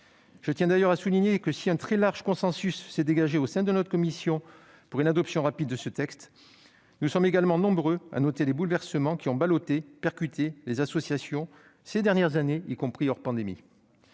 Je tiens d'ailleurs à souligner que, si un très large consensus s'est dégagé au sein de notre commission pour une adoption rapide de ce texte, nous sommes également nombreux à noter les bouleversements qui ont ballotté, voire percuté les associations ces dernières années, y compris indépendamment